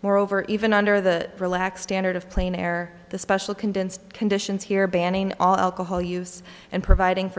moreover even under the for lack standard of plain air the special condensed conditions here banning alcohol use and providing for